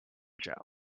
jell